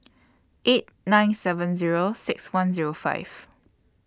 eight nine seven Zero six one Zero five